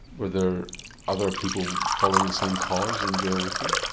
were there other people following the same cause in jail with you?